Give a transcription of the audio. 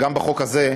וגם בחוק הזה,